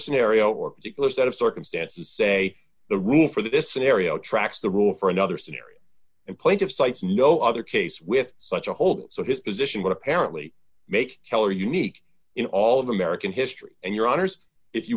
scenario or particular set of circumstances say the rule for this scenario tracks the rule for another scenario and plaintiff cites no other case with such a hold so his position would apparently make keller unique in all of american history and your honors if you